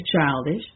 childish